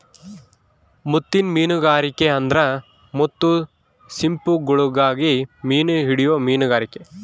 ಮುತ್ತಿನ್ ಮೀನುಗಾರಿಕೆ ಅಂದ್ರ ಮುತ್ತು ಸಿಂಪಿಗುಳುಗಾಗಿ ಮೀನು ಹಿಡೇ ಮೀನುಗಾರಿಕೆ